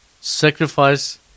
sacrifice